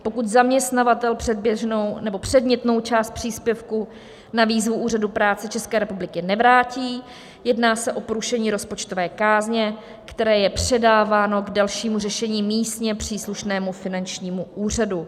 Pokud zaměstnavatel předmětnou část příspěvku na výzvu Úřadu práce České republiky nevrátí, jedná se o porušení rozpočtové kázně, které je předáváno k dalšímu řešení místně příslušnému finančnímu úřadu.